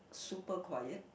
super quiet